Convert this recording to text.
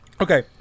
Okay